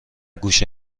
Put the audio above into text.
گوشه